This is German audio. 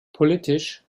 politisch